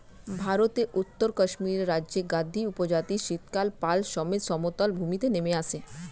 ভারতের উত্তরে কাশ্মীর রাজ্যের গাদ্দী উপজাতি শীতকালে পাল সমেত সমতল ভূমিতে নেমে আসে